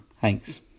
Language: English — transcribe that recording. Thanks